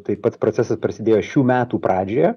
tai pats procesas prasidėjo šių metų pradžioje